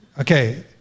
Okay